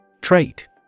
Trait